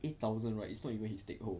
eight thousand right it's not even his take home